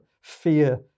fear